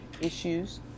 issues